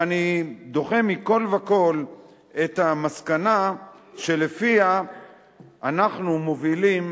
ואני דוחה מכול וכול את המסקנה שאנחנו מובילים